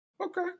Okay